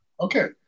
Okay